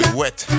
wet